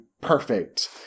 perfect